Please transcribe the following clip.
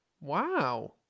wow